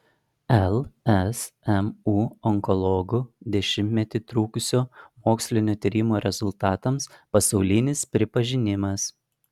lsmu onkologų dešimtmetį trukusio mokslinio tyrimo rezultatams pasaulinis pripažinimas